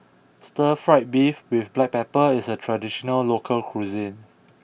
Stir Fried Beef with black pepper is a traditional local cuisine